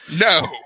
No